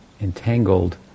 entangled